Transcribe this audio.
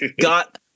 got